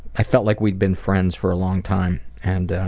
i felt like we had been friends for a long time and